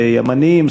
ימנים,